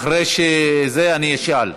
אחרי זה אני אשאל.